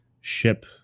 ship